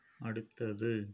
அடுத்தது